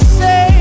say